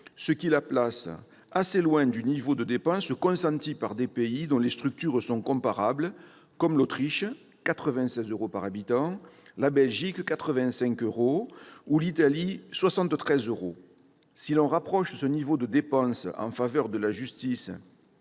ce qui la place assez loin du niveau de dépenses consenti par des pays dont les structures sont comparables, comme l'Autriche- 96 euros par habitant -, la Belgique- 85 euros -ou l'Italie- 73 euros. Si l'on rapproche le niveau de dépenses pour la justice